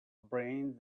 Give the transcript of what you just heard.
brains